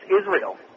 Israel